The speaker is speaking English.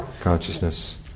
consciousness